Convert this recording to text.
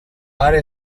pare